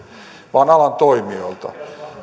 vaan alan toimijoilta